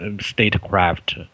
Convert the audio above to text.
statecraft